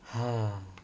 ah